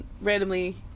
randomly